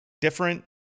different